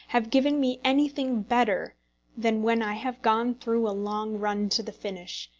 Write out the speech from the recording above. have given me anything better than when i have gone through a long run to the finish,